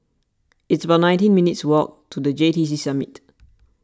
it's about nineteen minutes' walk to the J T C Summit